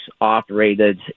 operated